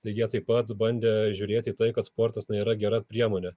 tai jie taip pat bandė žiūrėt į tai kad sportas nėra gera priemonė